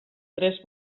tres